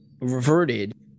reverted